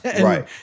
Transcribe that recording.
Right